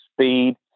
speed